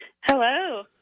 Hello